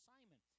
Simon